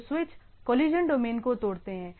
तो switch collagen domain को तोड़ते हैं